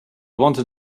wanted